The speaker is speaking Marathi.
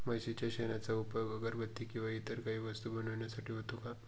म्हशीच्या शेणाचा उपयोग अगरबत्ती किंवा इतर काही वस्तू बनविण्यासाठी होतो का?